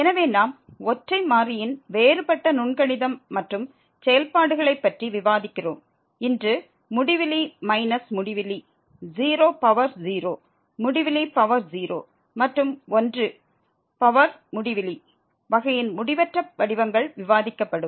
எனவே நாம் ஒற்றை மாறியின் வேறுபட்ட நுண்கணிதம் மற்றும் செயல்பாடுகளைப் பற்றி விவாதிக்கிறோம் இன்று முடிவிலி மைனஸ் முடிவிலி 0 பவர் 0 முடிவிலி பவர் 0 மற்றும் 1 பவர் முடிவிலி வகையின் முடிவற்ற வடிவங்கள் விவாதிக்கப்படும்